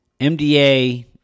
MDA